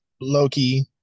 Loki